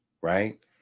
Right